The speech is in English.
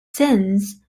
sense